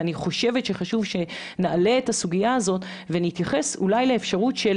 אני חושבת שחשוב שנעלה את הסוגיה הזאת ונתייחס אולי לאפשרות של